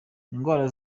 indwara